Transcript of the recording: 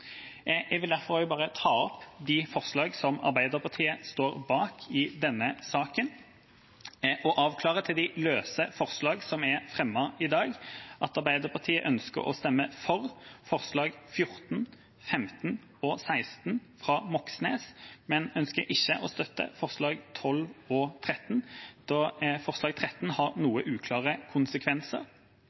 Jeg vil derfor ta opp de forslagene som Arbeiderpartiet står bak i denne saka, og avklare til de løse forslagene som er fremmet i dag, at Arbeiderpartiet ønsker å stemme for forslagene nr. 14, 15 og 16 fra representanten Moxnes, men ønsker ikke å støtte forslagene nr. 12 og 13, da forslag nr. 13 har noe uklare konsekvenser